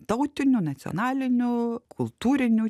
tautiniu nacionaliniu kultūriniu